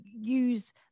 use